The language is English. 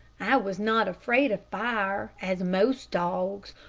i was not afraid of fire, as most dogs,